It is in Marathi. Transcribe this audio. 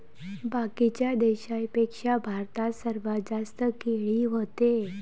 बाकीच्या देशाइंपेक्षा भारतात सर्वात जास्त केळी व्हते